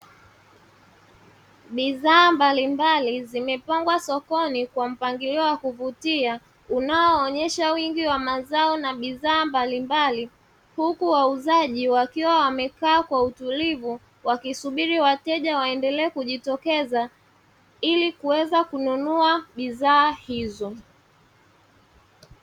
Bidhaa mbalimbali zimepangwa sokoni kwa mpangilio wa kuvutia unaoonyesha mazao na bidhaa mbalimbali, huku wauzaji wakiwa wamekaa kwa utulivu wakisubiri wateja waendelee kujitokeza ili kuweza kununua bidhaa hizo.